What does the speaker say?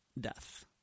death